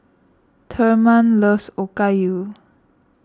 Thurman loves Okayu